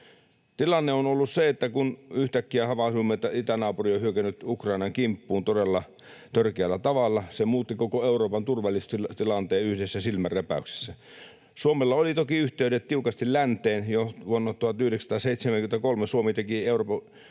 Tilanne on ollut se, että kun yhtäkkiä havahduimme, että itänaapuri on hyökännyt Ukrainan kimppuun todella törkeällä tavalla, se muutti koko Euroopan turvallisuustilanteen yhdessä silmänräpäyksessä. Suomella oli toki yhteydet tiukasti länteen. Jo vuonna 1973 Suomi teki Euroopan